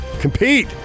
Compete